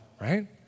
right